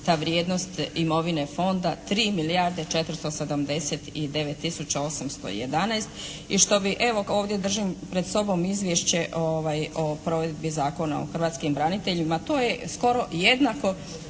ta vrijednost imovine Fonda 3 milijarde 479 tisuća 811. I što bi evo ovdje držim pred sobom Izvješće o provedbi Zakona o hrvatskim braniteljima. To je skoro jednako